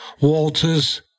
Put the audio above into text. Walter's